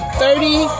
thirty